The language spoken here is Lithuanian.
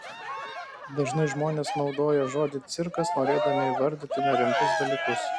dažnai žmonės naudoja žodį cirkas norėdami įvardyti nerimtus dalykus